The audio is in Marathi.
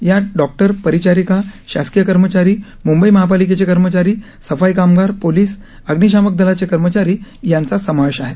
यात डॉक्टर परिचारिका शासकीय कर्मचारी मुंबई महापालिकेचे कर्मचारी सफाई कामगार पोलीस अग्निशामक दलाचे कर्मचारी यांचा समावेश आहे